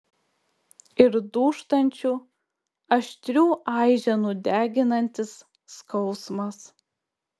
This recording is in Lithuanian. ir dūžtančių aštrių aiženų deginantis skausmas